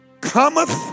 cometh